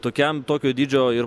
tokiam tokio dydžio ir